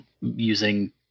using